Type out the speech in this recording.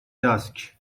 dusk